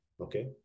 Okay